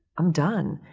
i'm done.